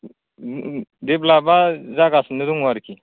डेभेलपआ जागासिनो दं आरोखि